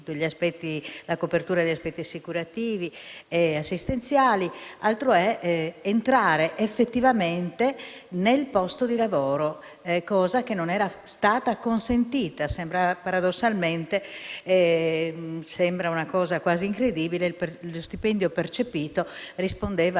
la copertura degli aspetti assicurativi e assistenziali; altra cosa è entrare effettivamente nel posto di lavoro, cosa che non era stata consentita. Sembra paradossale e incredibile, ma lo stipendio percepito rispondeva